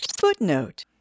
Footnote